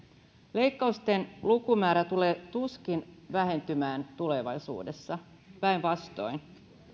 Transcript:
leikkausten lukumäärä tulee tuskin vähentymään tulevaisuudessa päinvastoin